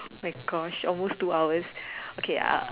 my gosh almost two hours okay uh